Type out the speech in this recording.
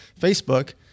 Facebook